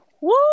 Woo